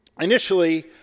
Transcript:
Initially